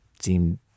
seemed